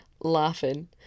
laughing